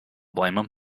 blame